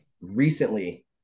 Recently